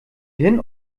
hin